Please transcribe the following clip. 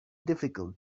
difficult